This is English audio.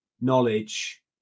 knowledge